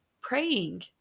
praying